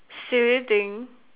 silly thing